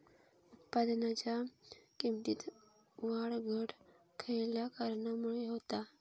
उत्पादनाच्या किमतीत वाढ घट खयल्या कारणामुळे होता?